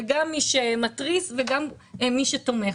גם מי שמתריס וגם מי שתומך.